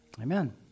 Amen